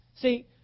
See